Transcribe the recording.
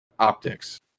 optics